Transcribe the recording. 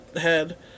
head